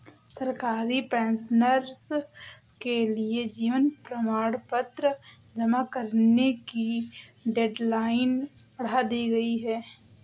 सरकारी पेंशनर्स के लिए जीवन प्रमाण पत्र जमा करने की डेडलाइन बढ़ा दी गई है